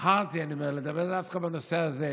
בחרתי, אני אומר, לדבר דווקא בנושא הזה,